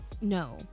no